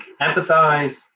empathize